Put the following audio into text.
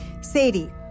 sadie